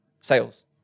sales